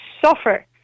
suffer